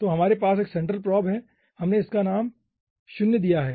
तो हमारे पास एक सेंट्रल प्रोब है और हमने इसका नाम 0 दिया है